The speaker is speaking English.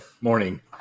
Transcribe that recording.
morning